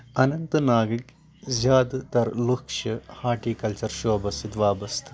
اننت ناگٕکۍ زیادٕ تر لٕکھ چھِ ہارٹکلچر شوبَس سۭتۍ وابسطٕ